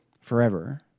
forever